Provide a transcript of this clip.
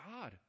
God